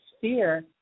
fear